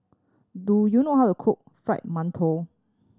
do you know how to cook Fried Mantou